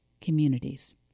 communities